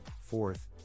fourth